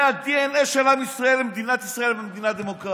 זה הדנ"א של עם ישראל ומדינת ישראל כמדינה דמוקרטית.